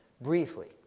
briefly